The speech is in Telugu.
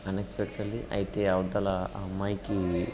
అన్ఎక్స్పెక్టెడ్లీ అయితే అవతల అమ్మాయికి